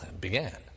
began